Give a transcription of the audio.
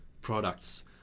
products